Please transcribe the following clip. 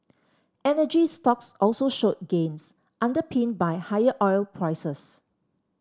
energy stocks also showed gains underpinned by higher oil prices